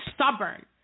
stubborn